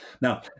now